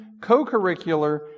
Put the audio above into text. co-curricular